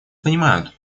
понимают